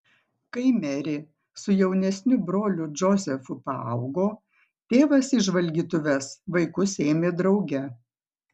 kai merė su jaunesniu broliu džozefu paaugo tėvas į žvalgytuves vaikus ėmė drauge